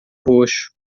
roxo